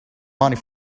money